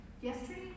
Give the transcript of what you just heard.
yesterday